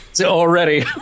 Already